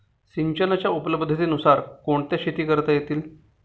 सिंचनाच्या उपलब्धतेनुसार कोणत्या शेती करता येतील?